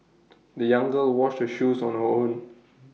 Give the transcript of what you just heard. the young girl washed her shoes on her own